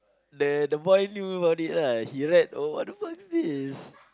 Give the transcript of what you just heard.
the the boy knew about it ah he read oh what the fuck is this